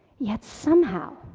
yet somehow,